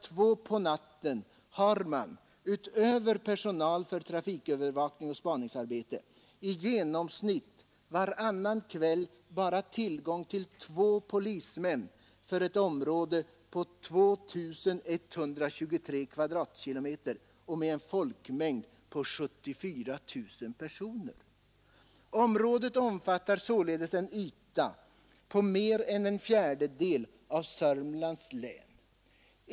2.00, utöver personal för trafikövervakning och spaningsarbete, varannan kväll i genomsnitt har bara tillgång till två polismän för ett område på 2 123 kvadratkilometer och med en folkmängd på 74 000 personer. Området omfattar alltså en yta på mer än en fjärdedel av Södermanlands län.